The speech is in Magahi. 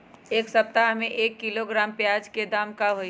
एक सप्ताह में एक किलोग्राम प्याज के दाम का होई?